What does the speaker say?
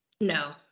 No